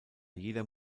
jeder